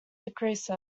decrease